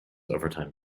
overtime